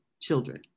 children